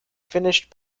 finished